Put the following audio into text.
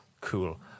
Cool